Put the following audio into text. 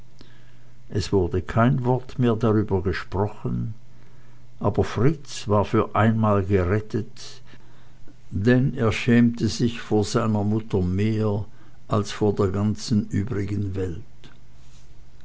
es wurde kein wort mehr darüber gesprochen aber fritz war für einmal gerettet denn er schämte sich vor seiner mutter mehr als vor der ganzen übrigen welt